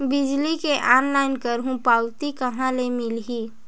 बिजली के ऑनलाइन करहु पावती कहां ले मिलही?